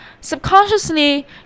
subconsciously